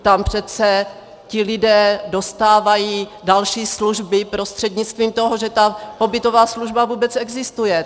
Tam přece ti lidé dostávají další služby prostřednictvím toho, že ta pobytová služba vůbec existuje.